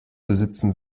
besitzen